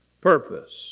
purpose